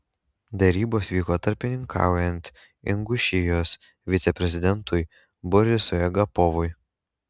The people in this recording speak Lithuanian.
derybos vyko tarpininkaujant ingušijos viceprezidentui borisui agapovui